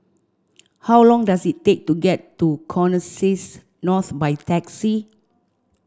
how long does it take to get to Connexis North by taxi